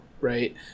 right